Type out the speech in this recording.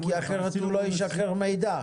כי אחרת הוא לא ישחרר מידע.